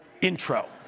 intro